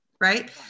right